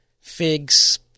figs